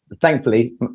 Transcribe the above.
thankfully